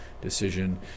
decision